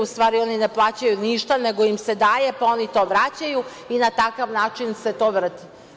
U stvari, oni ne plaćaju ništa, nego im se daje pa oni to vraćaju i na takav način se to vrti.